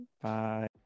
Bye